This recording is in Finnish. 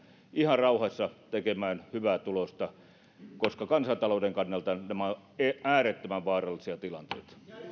ihan rauhassa tekemään hyvää tulosta koska kansantalouden kannalta nämä ovat äärettömän vaarallisia tilanteita